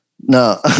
No